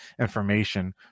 information